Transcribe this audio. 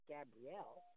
Gabrielle